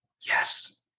Yes